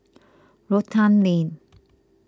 Rotan Lane